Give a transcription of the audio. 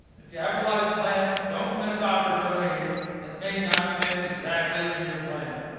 if you have a life plan, don't miss opportunities that may not fit exactly in your plan.